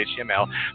HTML